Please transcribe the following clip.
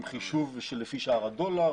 עם חישוב לפי שער הדולר,